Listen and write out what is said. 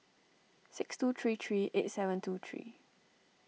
six two three three eight seven two three